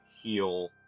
heal